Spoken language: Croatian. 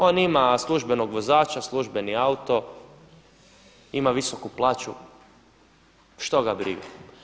On ima službenog vozača, službeni auto, ima visoku plaću, što ga briga.